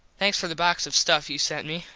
thanks for the box of stuff you sent me.